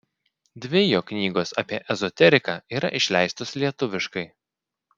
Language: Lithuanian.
dvi jo knygos apie ezoteriką yra išleistos lietuviškai